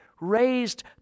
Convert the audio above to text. raised